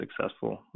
successful